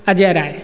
Ajay Rai